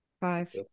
Five